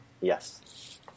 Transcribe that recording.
Yes